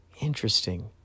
Interesting